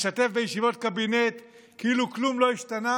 משתתף בישיבות קבינט כאילו כלום לא השתנה